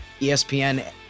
ESPN